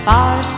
far